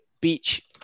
Beach